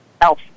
Elf